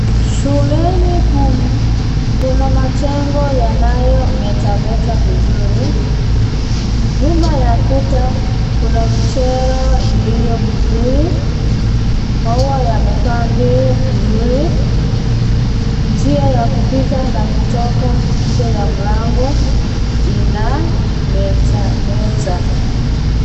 Shuleni humu kuna majengo yanayometameta vizuri nyuma ya kuta kuna michoro iliyo mzuri, maua yameoandwa vizuri , njia ya kupita na kutoka nje mlango ina metameta.